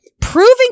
proving